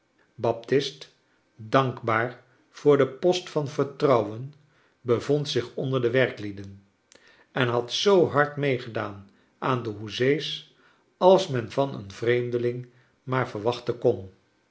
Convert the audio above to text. baptist dankbaar voor den post van vertrouwen bevond zich onder de werklieden en had zoo hard meegedaan aan de hoezee's als men van een vreemdeling rnaar verwachten kon